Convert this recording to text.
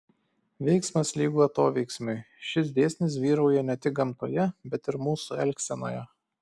veiksmas lygu atoveiksmiui šis dėsnis vyrauja ne tik gamtoje bet ir mūsų elgsenoje